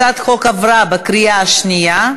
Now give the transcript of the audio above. הצעת החוק עברה בקריאה שנייה.